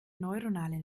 neuronale